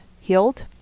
healed